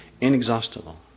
inexhaustible